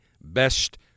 best